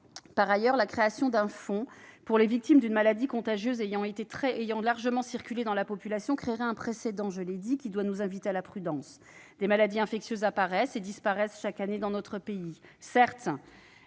l'ai dit -, la création d'un fonds pour les victimes d'une maladie contagieuse ayant largement circulé dans la population créerait un précédent : nous devons faire preuve de prudence. Des maladies infectieuses apparaissent et disparaissent chaque année dans notre pays. Certes,